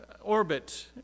orbit